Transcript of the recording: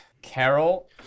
Carol